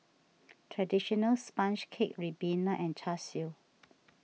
Traditional Sponge Cake Ribena and Char Siu